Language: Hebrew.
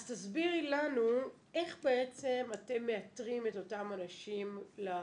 תסבירי לנו איך בעצם אתם מאתרים את אותם אנשים לוועדה.